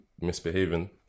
misbehaving